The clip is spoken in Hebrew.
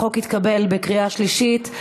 החוק התקבל בקריאה שלישית.